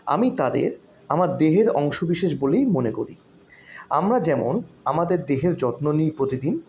আমি তাদের আমার দেহের অংশবিশেষ বলেই মনে করি আমরা যেমন আমাদের দেহের যত্ন নিই প্রতিদিন